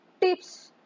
tips